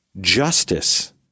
Justice